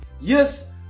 Yes